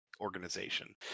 organization